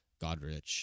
Godrich